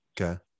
okay